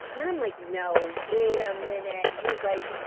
and then i'm like, no wait a minute. and he's like,